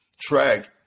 track